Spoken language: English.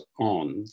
on